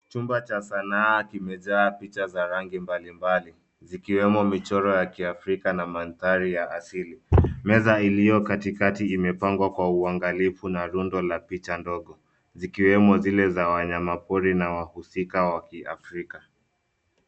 Chumba cha sanaa kimejaa picha za rangi mbalimbali, zikiwemo picha za kiafrika, na mandhari ya kiasili. Meza iliyo katikati imepangwa kwa uangalifu na rundo la picha ndogo, zikiwemo zile za wanyama pori na wahusika wa kiafrika.